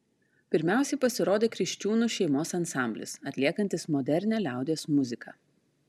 pirmiausiai pasirodė kriščiūnų šeimos ansamblis atliekantis modernią liaudies muziką